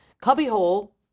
Cubbyhole